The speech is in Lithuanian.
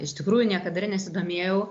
iš tikrųjų niekada ir nesidomėjau